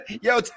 yo